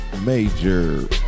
major